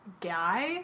guy